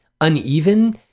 uneven